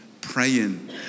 praying